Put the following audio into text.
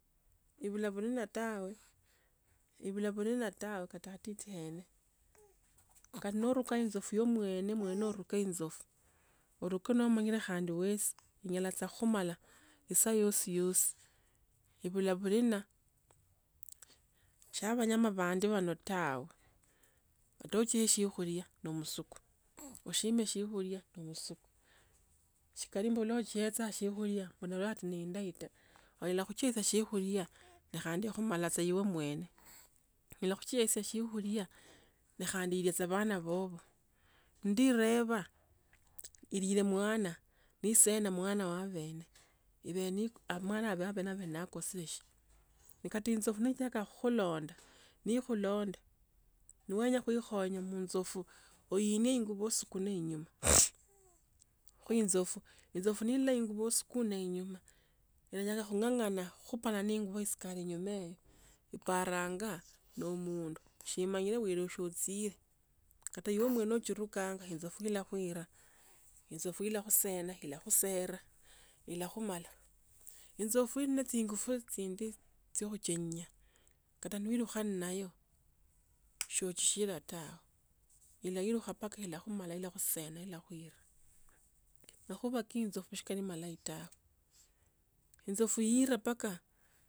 Ebula bulina tawi, ebula bulina tawi kata khatiti khene, kata naruka inso fu ya mwene mwene oruke insofu. Oruka nomanyili khandi wesi inyala tsa khukhumala isaa yosiyosi. Ibula buli na shia bamanya bandi bana tawi, kata ochieye siokhulia no omusoko, oshiime shiokhulia noomusuku. Shikali mbalanga ochiesiya siokhulia olola eti neendahi tai. Onyola khutchiesia siokhulia ne khandi ekhumala we mwene. Onyala khutsieshia siokhulia, oo khandi elia tsa abana bubi, ndireba ilile omwana, niisana mwana wabani, ibeni amwana nabele nakasere shina. Nakata insou netsiaka khukhulanda nekhulonde, noenya khuikhonya munzou fu oinie ingubo osuke ne inyuma insoru nalola ingubo osuku na inyuma. Inyala khung’ang’ana ekhupane ne ingubo esikare enyuma eyo eparanga no. Omundu siimanyire woru siotsire kata ibe mwene otsirukanga insofu ile khuira, ilakhusena ilakhusera ilakhumala. Insofu eli ne tsingufu tsindi tsiokhuchenya kata noilukha mayo sochishila tawe. Insofu iira paka ilakhumala liakhusena.